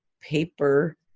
paper